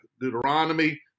Deuteronomy